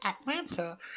Atlanta